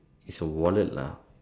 is a wallet lah